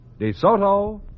DeSoto